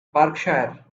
berkshire